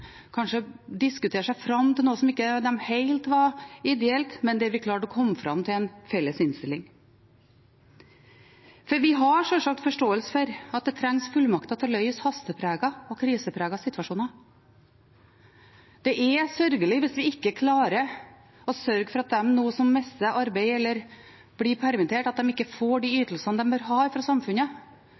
kanskje å gi lite grann, å diskutere seg fram til noe som kanskje ikke var helt ideelt, men vi klarte å komme fram til en felles innstilling. For vi har sjølsagt forståelse for at det trengs fullmakter til å løse hastepregede og krisepregede situasjoner. Det er sørgelig hvis vi ikke klarer å sørge for at de som nå mister arbeidet, eller blir permittert, ikke får de ytelsene de bør ha fra samfunnet,